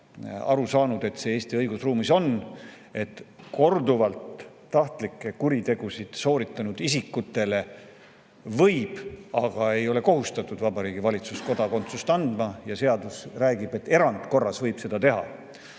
[arvanud], et see Eesti õigusruumis on, et korduvalt tahtlikke kuritegusid sooritanud isikutele võib, aga ei ole kohustatud, Vabariigi Valitsus kodakondsuse anda, ja seadus räägib, et erandkorras võib seda teha.